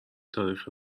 تاریخ